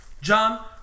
John